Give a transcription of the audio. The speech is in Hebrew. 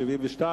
סעיף 3 נתקבל.